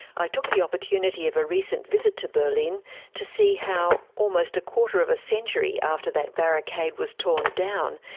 i took the opportunity of a recent visit to berlin to see how, almost a quarter of a century after that barricade was torn down,